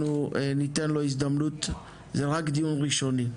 אנחנו ניתן לו הזדמנות, זה רק דיון ראשוני.